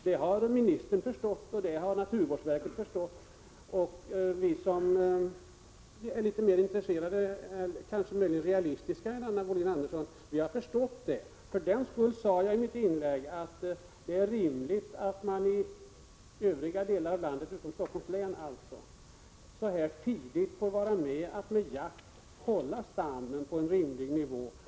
Det har ministern förstått, och det har naturvårdsverket förstått. Vi här i kammaren som är litet mer realistiska än Anna Wohlin-Andersson har också förstått det. Därför sade jag i mitt inlägg att det är rimligt att man i andra delar av landet än i Stockholms län så här tidigt får vara med och genom jakt hålla stammen på en godtagbar nivå.